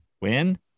win